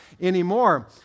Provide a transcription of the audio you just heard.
anymore